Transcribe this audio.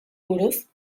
buruz